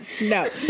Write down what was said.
No